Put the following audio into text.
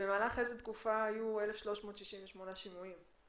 במהלך איזו תקופה היו 1,368 שימועים?